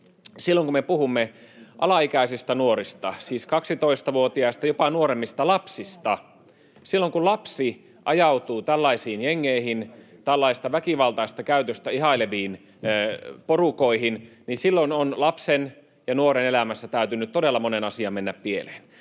silloin kun me puhumme alaikäisistä nuorista, siis 12‑vuotiaista ja jopa nuoremmista lapsista, silloin kun lapsi ajautuu tällaisiin jengeihin, tällaista väkivaltaista käytöstä ihaileviin porukoihin, niin silloin on lapsen ja nuoren elämässä täytynyt todella monen asian mennä pieleen.